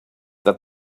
that